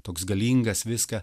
toks galingas viską